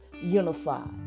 unified